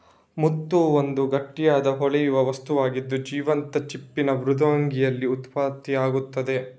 ಮುತ್ತು ಒಂದು ಗಟ್ಟಿಯಾದ, ಹೊಳೆಯುವ ವಸ್ತುವಾಗಿದ್ದು, ಜೀವಂತ ಚಿಪ್ಪಿನ ಮೃದ್ವಂಗಿಯಲ್ಲಿ ಉತ್ಪತ್ತಿಯಾಗ್ತದೆ